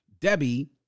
Debbie